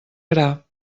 gra